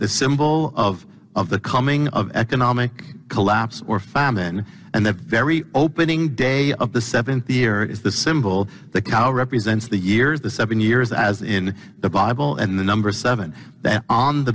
the symbol of of the coming of economic collapse or famine and the very opening day of the seventh year is the symbol the cow represents the years the seven years as in the bible and the number seven on the